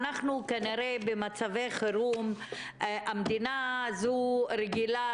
כנראה שבמצבי חירום המדינה הזו רגילה